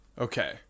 Okay